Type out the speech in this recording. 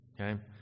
okay